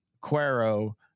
Quero